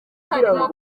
harimo